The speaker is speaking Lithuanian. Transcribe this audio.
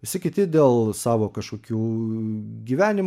visi kiti dėl savo kažkokių gyvenimo